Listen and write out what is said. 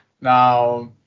Now